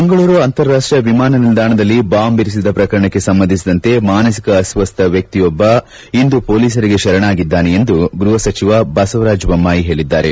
ಮಂಗಳೂರು ಅಂತಾರಾಷ್ಟೀಯ ವಿಮಾನ ನಿಲ್ದಾಣದಲ್ಲಿ ಬಾಂಬ್ ಇರಿಸಿದ ಪ್ರಕರಣಕ್ಕೆ ಸಂಬಂಧಿಸಿದಂತೆ ಮಾನಸಿಕ ಅಸ್ವಸ್ತ ವ್ಯಕ್ತಿಯೋರ್ವ ಇಂದು ಪೊಲೀಸರಿಗೆ ಶರಣಾಗಿದ್ದಾನೆ ಎಂದು ಗೃಪ ಸಚಿವ ಬಸವರಾಜ್ ಬೊಮ್ಮಾಯಿ ಹೇಳಿದ್ದಾರೆ